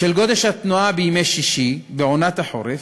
בשל גודש התנועה בימי שישי בעונת החורף,